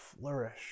flourish